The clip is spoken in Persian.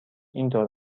اینطور